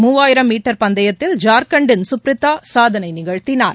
மூவாயிரம் மீட்டர் பந்தயத்தில் ஜார்க்கண்டின் சுப்ரிதா சாதனை நிகழ்த்தினார்